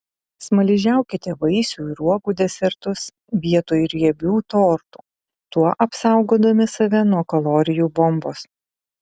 smaližiaukite vaisių ir uogų desertus vietoj riebių tortų tuo apsaugodami save nuo kalorijų bombos